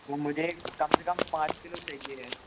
मुझे कम से कम पाँच किलो चाहिए है